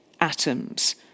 atoms